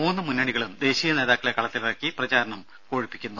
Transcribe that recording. മൂന്ന് മുന്നണികളും ദേശീയ നേതാക്കളെ കളത്തിലിറക്കി പ്രചാരണം കൊഴുപ്പിക്കുന്നു